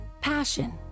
Passion